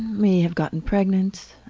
may have gotten pregnant